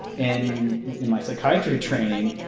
in in my psychiatry training,